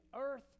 earth